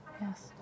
Yes